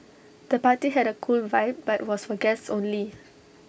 the party had A cool vibe but was for guests only